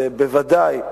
זה בוודאי,